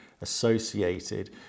associated